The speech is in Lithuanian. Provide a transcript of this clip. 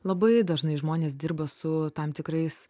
labai dažnai žmonės dirba su tam tikrais